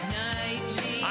nightly